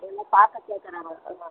எல்லாம் பார்க்க கேட்குறாங்க அதான்